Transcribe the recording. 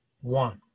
one